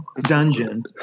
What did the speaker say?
dungeon